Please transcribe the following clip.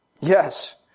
Yes